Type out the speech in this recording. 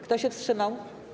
Kto się wstrzymał?